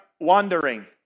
wandering